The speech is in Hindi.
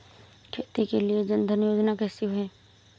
खेती के लिए जन धन योजना कैसी है?